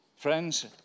Friends